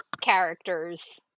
characters